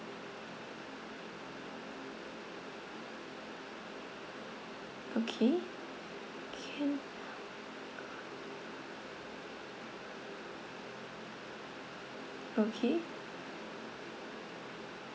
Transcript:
okay can okay